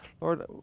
Lord